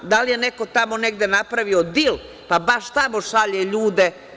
Da li je neko tamo negde napravio dil, pa baš tamo šalje ljude?